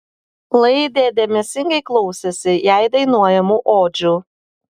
laidė dėmesingai klausėsi jai dainuojamų odžių